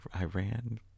Iran